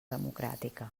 democràtica